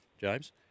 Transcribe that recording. James